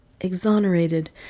exonerated